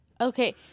Okay